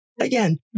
Again